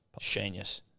Genius